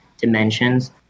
dimensions